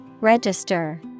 Register